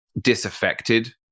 disaffected